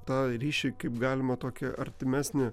tą ryšį kaip galima tokį artimesnį